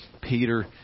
Peter